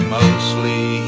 mostly